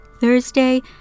Thursday